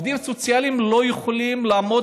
עובדים סוציאליים לא יכולים לעמוד